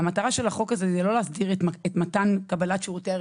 מטרת החוק הזה היא לא להסדיר את מתן קבלת שירותי הרווחה,